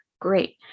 great